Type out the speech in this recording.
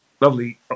lovely